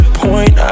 point